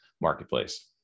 marketplace